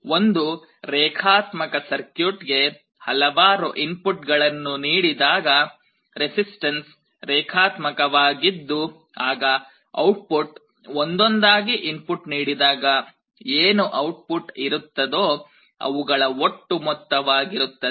ಒಂದು ರೇಖಾತ್ಮಕ ಸರ್ಕ್ಯೂಟ್ ಗೆ ಹಲವಾರು ಇನ್ಪುಟ್ ಗಳನ್ನು ನೀಡಿದಾಗ ರೆಸಿಸ್ಟನ್ಸ್ ರೇಖಾತ್ಮಕವಾಗಿದ್ದು ಆಗ ಔಟ್ಪುಟ್ ಒಂದೊಂದಾಗಿ ಇನ್ಪುಟ್ ನೀಡಿದಾಗ ಏನು ಔಟ್ಪುಟ್ ಇರುತ್ತದೋ ಅವುಗಳ ಒಟ್ಟು ಮೊತ್ತವಾಗಿರುತ್ತದೆ